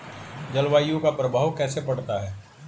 जलवायु का प्रभाव कैसे पड़ता है?